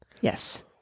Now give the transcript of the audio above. Yes